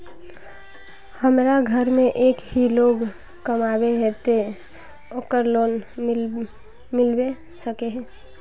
हमरा घर में एक ही लोग कमाबै है ते ओकरा लोन मिलबे सके है?